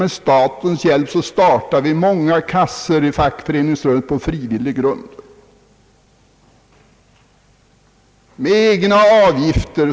Utan statens hjälp startade vi i fackföreningsrörelsen många arbetslöshetskassor på frivillig grund och med egna avgifter.